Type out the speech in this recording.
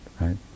right